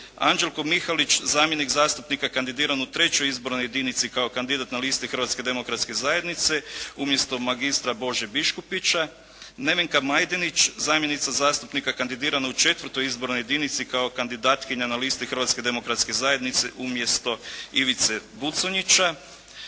Anđelko Mihalić zamjenik zastupnika kandidiran u III. izbornoj jedinici kao kandidat na listi Hrvatske demokratske zajednice umjesto magistra Bože Biškupića, Nevenka Majdenić zamjenica zastupnika kandirana u IV. izbornoj jedinici kao kandidatkinja na listi Hrvatske demokratske zajednice umjesto Ivice Buconjića,